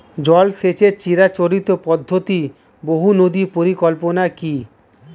জল সেচের চিরাচরিত পদ্ধতি বহু নদী পরিকল্পনা কি?